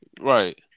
Right